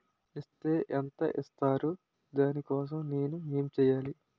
Is తే ఎంత ఇస్తారు దాని కోసం నేను ఎంచ్యేయాలి?